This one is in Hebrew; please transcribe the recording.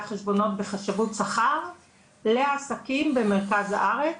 חשבונות בחשבות שכר לעסקים במרכז הארץ.